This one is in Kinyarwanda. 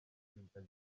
kwibuka